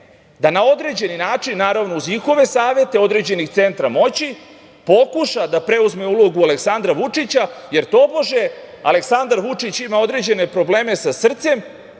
da na određeni način, naravno uz njihove savete, određenih centra moći pokuša da preuzme ulogu Aleksandra Vučića, jer tobože Aleksandar Vučić ima određene probleme sa srcem,